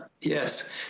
Yes